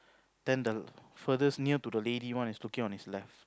then the furtherest near to the lady one is looking on its left